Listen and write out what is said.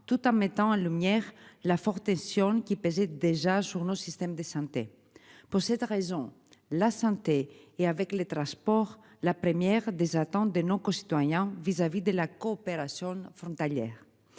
tout en mettant en lumière la forte sur qui pesait déjà journaux le système de santé. Pour cette raison, la santé et avec les transports. La première des attentes des noms citoyens vis-à-vis de la coopération frontalière